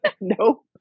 Nope